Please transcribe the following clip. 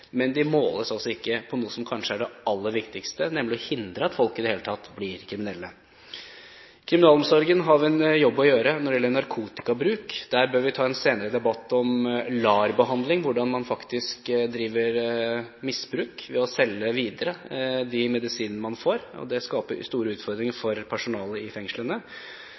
men de måles altså ikke på noe som kanskje er det aller viktigste, nemlig å hindre at folk i det hele tatt blir kriminelle. Kriminalomsorgen har en jobb å gjøre når det gjelder narkotikabruk. Der bør vi ta en senere debatt om LAR-behandling, hvordan man faktisk driver med misbruk ved å selge videre de medisinene man får. Det skaper store utfordringer for personalet i fengslene.